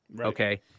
okay